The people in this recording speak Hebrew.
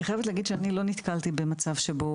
אני חייבת להגיד שאני לא נתקלתי במצב שבו